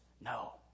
No